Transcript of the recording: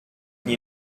you